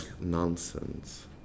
nonsense